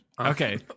Okay